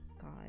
God